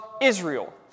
Israel